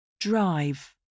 Drive